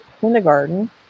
kindergarten